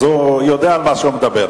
הוא יודע על מה הוא מדבר.